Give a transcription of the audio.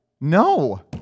No